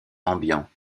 ambiant